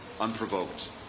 unprovoked